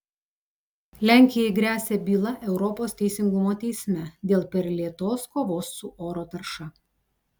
lenkijai gresia byla europos teisingumo teisme dėl per lėtos kovos su oro tarša